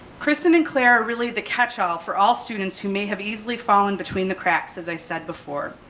kristin and claire are really the catch all for all students who may have easily fallen between the cracks as i said before,